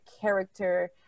character